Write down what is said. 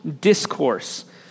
discourse